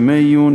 ימי עיון,